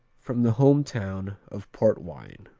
from the home town of port wine.